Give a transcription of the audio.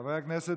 חברי הכנסת,